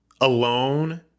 alone